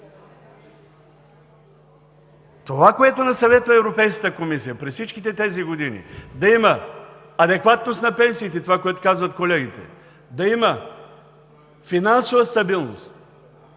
Това, което ни съветва Европейската комисия през всичките тези години, е да има адекватност на пенсиите – това, което казват колегите, да има финансова стабилност.